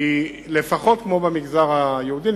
היא לפחות כמו במגזר היהודי,